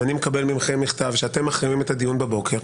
ואני מקבל מכם מכתב שאתם מחרימים את הדיון בבוקר,